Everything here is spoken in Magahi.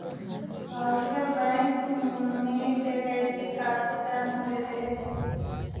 आजकल बैंक डकैती काफी कम हो गेले हई